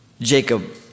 Jacob